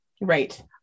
Right